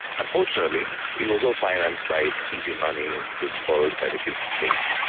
unfortunately it was all financed by easy money being borrowed by the greek state.